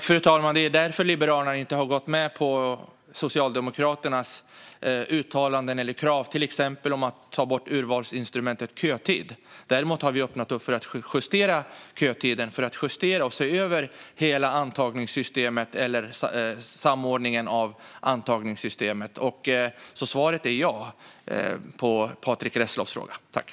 Fru talman! Det är därför som Liberalerna inte har gått med på Socialdemokraternas uttalanden eller krav om att till exempel ta bort urvalsinstrumentet kötid. Däremot har vi öppnat för att justera kötiden för att justera över hela samordningen av antagningssystemet. Svaret på Patrick Reslows fråga är ja.